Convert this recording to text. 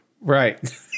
right